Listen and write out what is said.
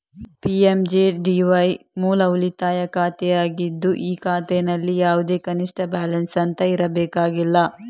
PMJDY ಮೂಲ ಉಳಿತಾಯ ಖಾತೆ ಆಗಿದ್ದು ಈ ಖಾತೆನಲ್ಲಿ ಯಾವುದೇ ಕನಿಷ್ಠ ಬ್ಯಾಲೆನ್ಸ್ ಅಂತ ಇರಬೇಕಾಗಿಲ್ಲ